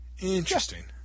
interesting